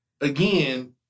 again